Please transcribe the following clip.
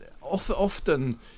often